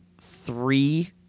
three